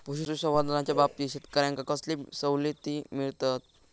पशुसंवर्धनाच्याबाबतीत शेतकऱ्यांका कसले सवलती मिळतत?